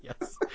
Yes